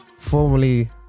formerly